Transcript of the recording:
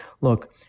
look